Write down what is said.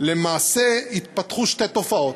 למעשה התפתחו שתי תופעות.